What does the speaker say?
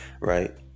right